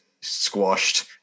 squashed